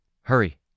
Hurry